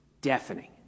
deafening